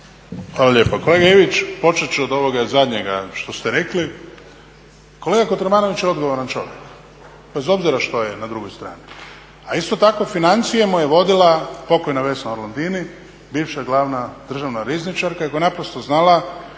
Hvala lijepa. Kolega Ivić, počet ću od ovoga zadnjega što ste rekli. Kolega Kotromanović je odgovoran čovjek bez obzira što je na drugoj strani. A isto tako financije mu je vodila pokojna Vesna Orlandini bivša glavna državna rizničarka i koja je naprosto znala